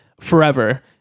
forever